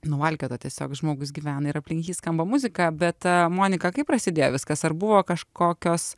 nuvalkiota tiesiog žmogus gyvena ir aplink jį skamba muzika bet monika kaip prasidėjo viskas ar buvo kažkokios